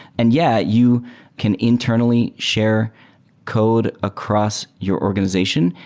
and yeah, you can internally share code across your organization,